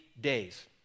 days